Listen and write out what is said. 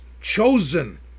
chosen